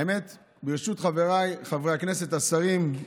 האמת, ברשות חבריי חברי הכנסת, השרים,